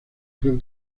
club